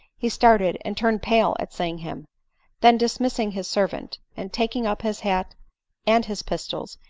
he started and turned pale at seeing him then dismissing his servant, and taking up his hat and his pistols,